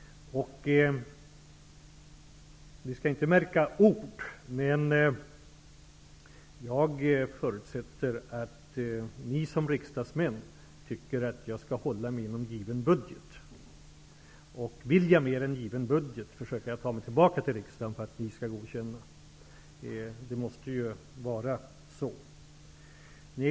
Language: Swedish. Vi skall inte märka ord, men jag förutsätter att ni som riksdagsmän tycker att jag skall hålla mig inom given budget. Vill jag mer än given budget, försöker jag ta mig tillbaka till riksdagen för att ni skall godkänna. Det måste ju vara så.